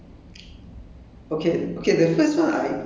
oh okay uh ya um